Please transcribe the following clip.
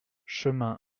chemin